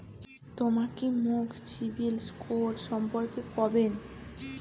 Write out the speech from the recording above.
তমা কি মোক সিবিল স্কোর সম্পর্কে কবেন?